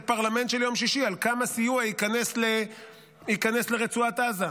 פרלמנט של יום שישי על כמה סיוע ייכנס לרצועת עזה,